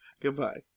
Goodbye